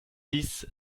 dix